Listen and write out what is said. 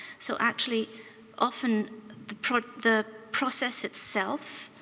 so actually often the process the process itself